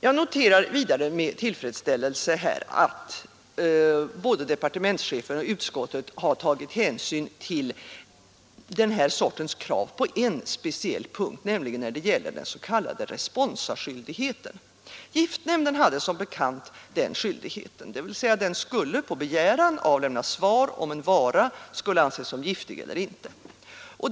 Jag noterar vidare med tillfredsställelse att både departementschefen och utskottet har tagit hänsyn till den här sortens krav på en speciell punkt, nämligen när det gäller den s.k. responsaskyldigheten. Giftnämnden hade som bekant denna skyldighet, dvs. den skulle på begäran avlämna svar om en vara skulle anses som giftig eller inte.